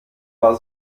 war